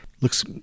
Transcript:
Looks